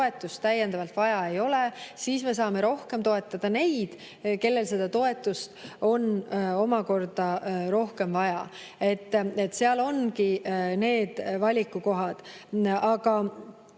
toetust täiendavalt vaja ei ole, siis me saame rohkem toetada neid, kellel seda toetust on omakorda rohkem vaja. Seal ongi need valikukohad, aga